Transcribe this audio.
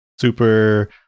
Super